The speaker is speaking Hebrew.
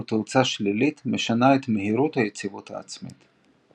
ואילו תאוצה שלילית משנה את מהירויות היציבות העצמית.